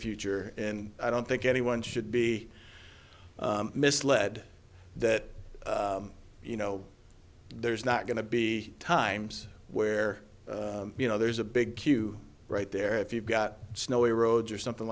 future and i don't think anyone should be misled that you know there's not going to be times where you know there's a big queue right there if you've got snowy roads or something